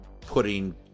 putting